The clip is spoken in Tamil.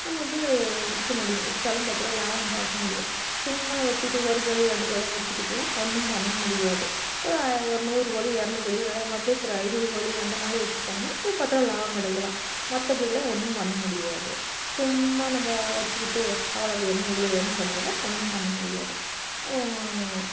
நம்ம வந்து விற்க முடியும் விற்றாலும் பத்துருவா லாபம் பார்க்க முடியும் சும்மா வச்சிட்டு ஒரு கோழி ரெண்டு கோழியெலாம் வச்சிக்கிட்டுலாம் ஒன்றும் பண்ணமுடியாது ஒரு ஆயர் ஒரு நூறு கோழி இரநூறு கோழி இல்லைனா அட்லீஸ்ட் ஒரு ஐநூறு கோழி அந்தமாதிரி வச்சி பண்ணால் இது பத்துருவா லாபம் கிடைக்கலாம் மற்றபடிலாம் ஒன்றும் பண்ண முடியாது சும்மா நம்ம வச்சிக்கிட்டு அவ்வளோ வேணும் இவ்வளோ வேணும் பண்ணிகிட்ருந்தா ஒன்றும் பண்ண முடியாது